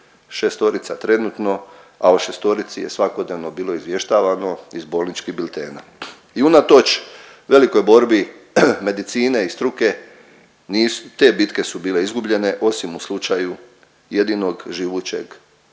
šestorica trenutno, a o šestorici je svakodnevno bilo izvještavano iz bolničkih biltena i unatoč velikoj borbi medicine i struke, nisu, te bitke su bile izgubljene, osim u slučaju jedinog živućeg